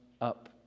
up